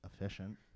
efficient